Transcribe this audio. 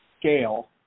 scale